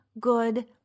good